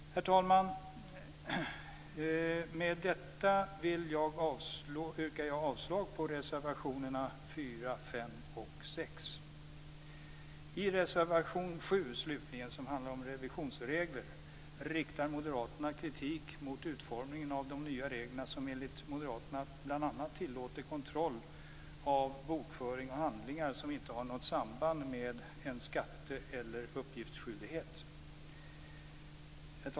Herr talman! Med detta yrkar jag avslag på reservationerna 4,5 och 6. I reservation 7, som handlar om revisionsregler, riktar moderaterna kritik mot utformningen av de nya reglerna som enligt moderaterna bl.a. tillåter kontroll av bokföring och handlingar som inte har något samband med en skatte eller uppgiftsskyldighet.